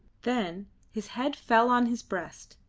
then his head fell on his breast,